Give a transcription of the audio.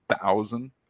Thousand